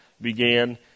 began